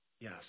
Yes